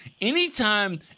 Anytime